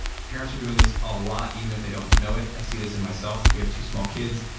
parents are doing this a lot even if they don't know it. i see this in myself. we have two small kids.